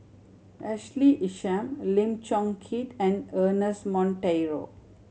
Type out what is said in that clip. Ashley Isham Lim Chong Keat and Ernest Monteiro